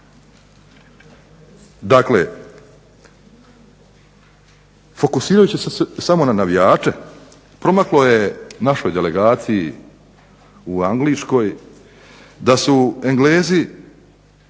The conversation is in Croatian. Dakle, fokusirajući se samo na navijače promaklo je našoj delegaciji u Angliškoj da su Englezi